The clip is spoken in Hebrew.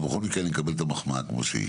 אבל בכל מקרה אני מקבל את המחמאה כמו שהיא.